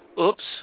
Oops